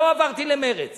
לא עברתי למרצ